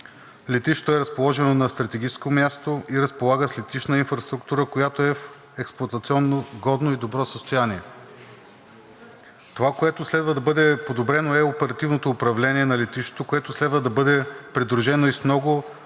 Летището е разположено на стратегическо място и разполага с летищна инфраструктура, която е в експлоатационно годно и добро състояние. Това, което следва да бъде подобрено, е оперативното управление на летището, което следва да бъде придружено и с много активна